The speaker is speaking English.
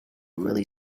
really